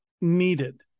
needed